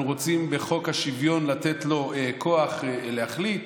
רוצים בחוק השוויון לתת לו כוח להחליט,